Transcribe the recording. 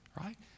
right